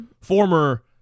Former